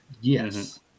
Yes